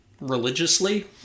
religiously